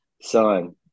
son